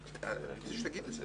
פשוט תגיד את זה.